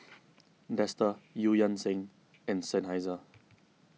Dester Eu Yan Sang and Seinheiser